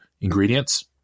ingredients